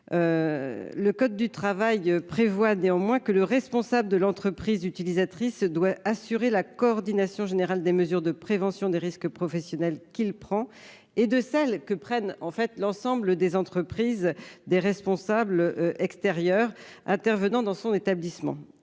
Le code du travail prévoit cependant que le responsable de l'entreprise utilisatrice doit assurer la coordination générale des mesures de prévention des risques professionnels qu'il prend et de celles que prennent les responsables de toutes les entreprises extérieures intervenant dans son établissement.